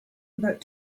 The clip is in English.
about